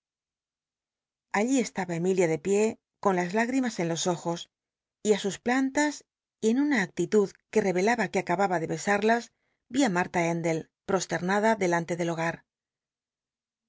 allí estaba emilia de pié con las higrimas en los ojos y á sus plantas y en una actitud que terclaba que acababa ti c besadas vi á marta endell pl'ostemada delante del hogar